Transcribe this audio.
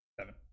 seven